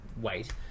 wait